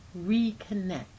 reconnect